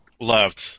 loved